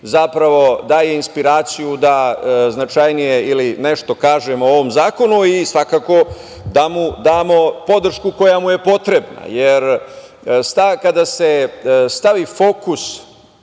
daje inspiraciju da značajnije nešto kažem o ovom zakonu i svakako da mu damo podršku koja mu je potrebna, jer kada se stavi fokus,